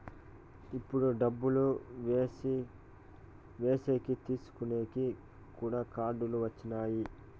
ఇప్పుడు డబ్బులు ఏసేకి తీసుకునేకి కూడా కార్డులు వచ్చినాయి